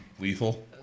Lethal